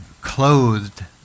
clothed